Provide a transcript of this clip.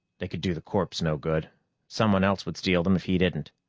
they could do the corpse no good someone else would steal them if he didn't.